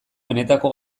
benetako